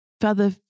Father